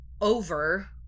over